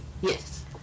Yes